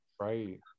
Right